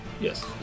Yes